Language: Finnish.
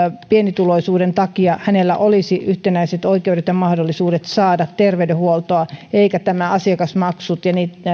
pienituloisuudesta huolimatta olisi yhtenäiset oikeudet ja mahdollisuudet saada terveydenhuoltoa eivätkä nämä asiakasmaksut